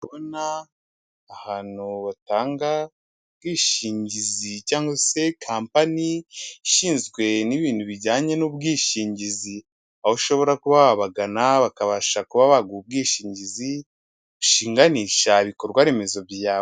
Ndikubona ahantu batanga ubwishingizi cyangwa se kapani igizwe n'ibintu bijyanye n'ubwishingizi, aho ushobora kuba wabagana bakabasha kuba baguha ubwishingizi bushinganisha ibikorwa remezo byawe.